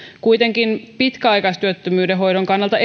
kuitenkin erityisesti pitkäaikaistyöttömyyden hoidon kannalta